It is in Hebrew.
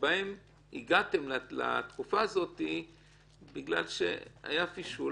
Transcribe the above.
שבהם הגעתם לתקופה הזאת בגלל שהיה "פישול",